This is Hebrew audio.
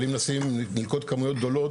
אבל אם נשים כמויות גדולות,